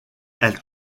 elle